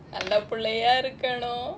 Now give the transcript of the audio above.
நல்லபிள்ளையாஇருக்கனும்:nallapillaya irukanum